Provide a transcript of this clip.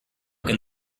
can